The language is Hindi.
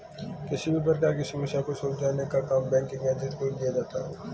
किसी भी प्रकार की समस्या को सुलझाने का काम बैंकिंग एजेंट को ही दिया जाता है